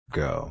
go